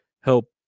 help